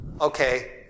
okay